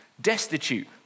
destitute